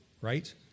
right